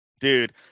Dude